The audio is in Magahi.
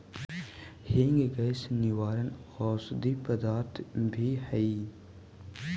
हींग गैस निवारक औषधि पदार्थ भी हई